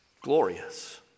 glorious